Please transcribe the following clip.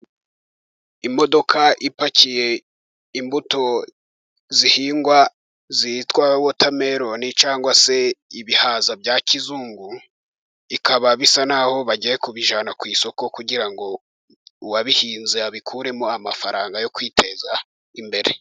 Imodoka ipakiye imbuto zihingwa zitwa wotameroni, cyangwa se ibihaza bya kizungu. Bikaba bisa n'aho bagiye kubijyana ku isoko, kugira ngo uwabihinze abikuremo amafaranga yo kwiteza imbere.